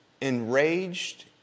enraged